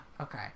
okay